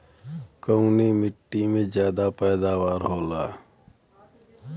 कवने मिट्टी में ज्यादा पैदावार होखेला?